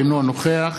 אינו נוכח